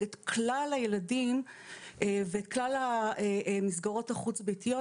את כלל הילדים וכלל המסגרות החוץ-ביתיות,